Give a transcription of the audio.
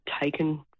taken